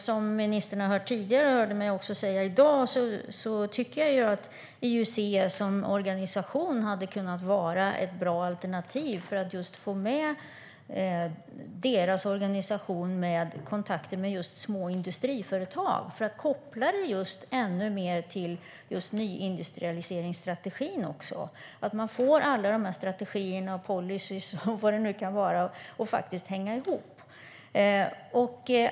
Som ministern hört mig säga tidigare och också i dag tycker jag att EUC som organisation hade kunnat vara ett bra alternativ för att få med kontakten med små industriföretag och också koppla det mer till nyindustrialiseringsstrategin så att man får alla strategier och policyer att hänga ihop.